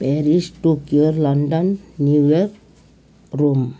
Paris Tokyo London New York Rome